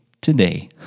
today